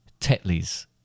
Tetley's